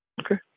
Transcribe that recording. okay